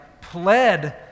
pled